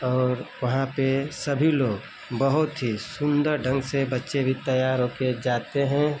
और वहाँ पर सभी लोग बहुत ही सुंदर ढंग से बच्चे भी तैयार हो कर जाते हैं